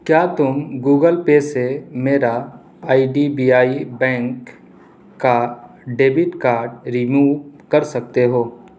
کیا تم Google pay سے میرا I D B I bank کا ڈیبٹ کارڈ رموو کر سکتے ہو